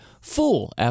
FOOL